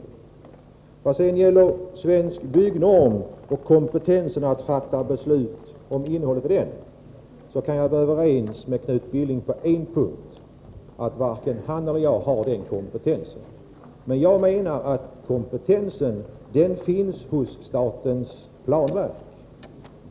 Vad beträffar innehållet i Svensk Byggnorm och kompetensen att fatta beslut kan jag vara överens med Knut Billing på en punkt: varken han eller jag har den kompetensen. Men jag menar att kompetensen finns hos statens planverk.